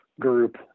group